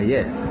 Yes